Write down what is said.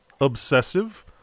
obsessive